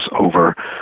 over